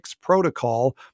protocol